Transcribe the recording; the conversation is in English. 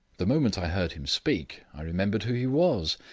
the moment i heard him speak i remembered who he was,